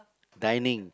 dining